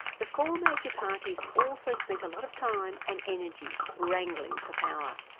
the four major parties also spent a lot of time and energy wrangling for power.